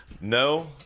No